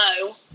no